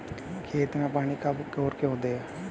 खेत में पानी कब और क्यों दें?